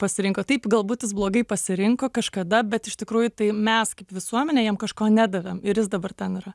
pasirinko taip galbūt jis blogai pasirinko kažkada bet iš tikrųjų tai mes kaip visuomenė jam kažko nedavėm ir jis dabar ten yra